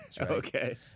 Okay